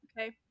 okay